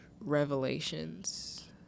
revelations